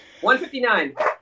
159